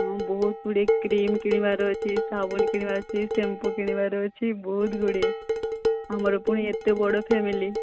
ହଁ ବହୁତ ଗୁଡ଼ିଏ କ୍ରିମ୍ କିଣିବାର ଅଛି ସାବୁନ କିଣିବାର ଅଛି ସ୍ୟାମ୍ପୁ କିଣିବାର ଅଛି ବହୁତ ଗୁଡ଼ିଏ ଆମର ପୁଣି ଏତେ ବଡ଼ ଫ୍ୟାମିଲି